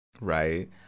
right